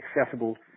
accessible